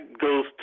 goes